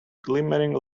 glimmering